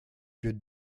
good